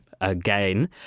again